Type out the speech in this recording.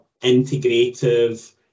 integrative